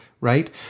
right